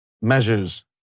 measures